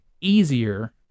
easier